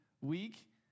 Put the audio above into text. week